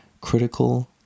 critical